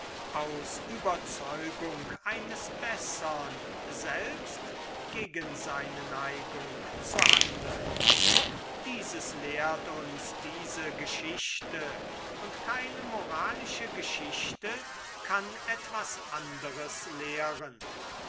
aus überzeugung eines bessern selbst gegen seine neigung zu handeln dieses lehrt uns diese geschichte und keine moralische geschichte kann etwas anderes lehren